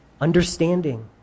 understanding